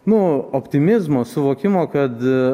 nu optimizmo suvokimo kad